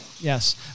Yes